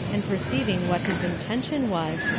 and perceiving what his intention was,